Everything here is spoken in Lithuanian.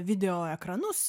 video ekranus